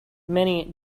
many